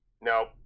Nope